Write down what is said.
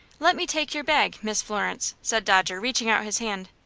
let me take your bag, miss florence, said dodger, reaching out his hand.